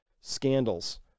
scandals